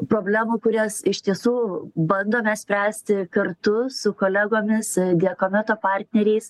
problemų kurias iš tiesų bandome spręsti kartu su kolegomis diakometo partneriais